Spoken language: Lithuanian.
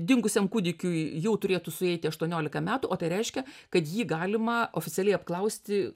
dingusiam kūdikiui jau turėtų sueiti aštuoniolika metų o tai reiškia kad jį galima oficialiai apklausti